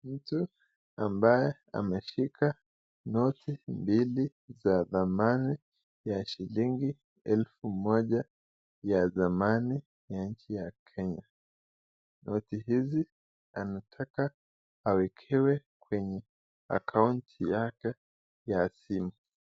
Mtu ameshika noti mbili za zamani ya shilingi elfu moja ya zamani ya nchi ya Kenya. Noti hizi anataka awekewe kwenye akaunti yake ya simu.